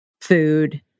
food